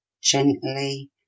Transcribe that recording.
gently